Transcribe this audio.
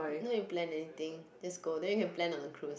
no need to plan anything just go then you can plan on the cruise